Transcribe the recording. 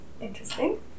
Interesting